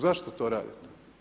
Zašto to radite?